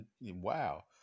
wow